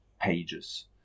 pages